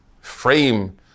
frame